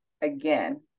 Again